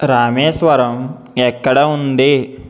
రామేశ్వరం ఎక్కడ ఉంది